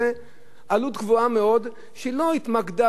עלות גבוהה מאוד שלא התמקדה באמת באלה